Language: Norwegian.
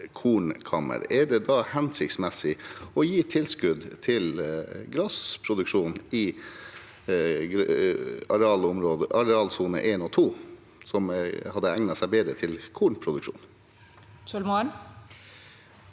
Er det da hensiktsmessig å gi tilskudd til grasproduksjon i arealsone 1 og 2, som hadde egnet seg bedre til kornproduksjon?